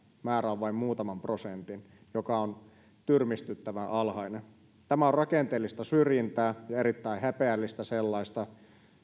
määrä on vain muutaman prosentin mikä on tyrmistyttävän alhainen tämä on rakenteellista syrjintää ja erittäin häpeällistä sellaista